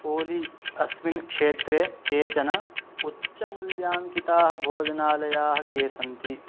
ओली अस्मिन् क्षेत्रे केचन उच्चमूल्याङ्किताः भोजनालयाः के सन्ति